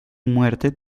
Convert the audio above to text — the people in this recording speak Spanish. muerte